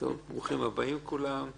אז